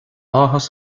áthas